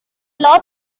law